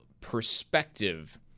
perspective